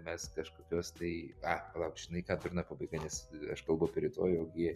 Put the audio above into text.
mes kažkokios tai a palauk žinai ką durna pabaiga nes aš kalbu apie rytojų o gi